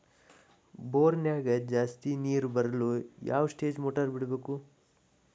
ಬೋರಿನ್ಯಾಗ ಜಾಸ್ತಿ ನೇರು ಬರಲು ಯಾವ ಸ್ಟೇಜ್ ಮೋಟಾರ್ ಬಿಡಬೇಕು?